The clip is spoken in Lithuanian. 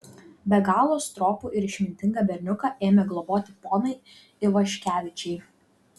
be galo stropų ir išmintingą berniuką ėmė globoti ponai ivaškevičiai